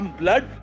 blood